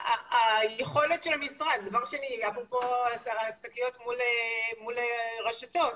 היכולת של המשרד אפרופו שקיות מול רשתות.